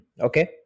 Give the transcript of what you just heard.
Okay